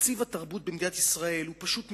תקציב התרבות במדינת ישראל הוא פשוט מגוחך,